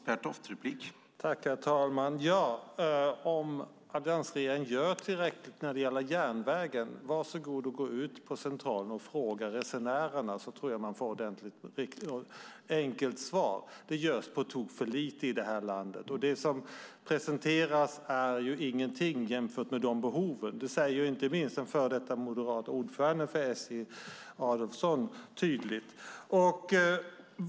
Herr talman! Varsågod och gå ut på Centralen och fråga resenärerna om alliansregeringen gör tillräckligt när det gäller järnvägen. Då tror jag att man får ett enkelt svar. Det görs på tok för lite i det här landet. Det som presenteras är ingenting jämfört med de behoven. Det säger inte minst den före detta ordföranden för SJ, Adelsohn, tydligt.